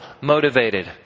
motivated